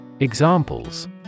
Examples